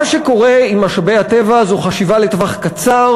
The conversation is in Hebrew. מה שקורה עם משאבי הטבע זו חשיבה לטווח קצר